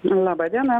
laba diena